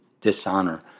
dishonor